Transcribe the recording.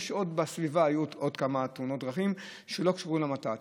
בסביבה היו עוד כמה תאונות דרכים שלא קשורות למת"צ.